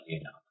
enough